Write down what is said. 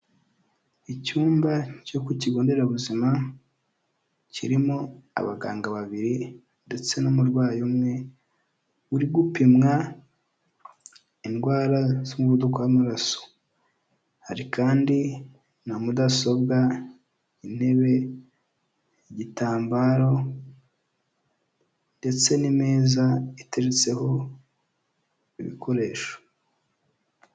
Icyumba cyo ku kigo nderabuzima kirimo abaganga babiri ndetse n'umurwayi umwe uri gupimwa indwara z'umuvuduko w'amaraso, hari kandi na mudasobwa, intebe, igitambaro ndetse n'imeza iteretseho ibikoresho.